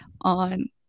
on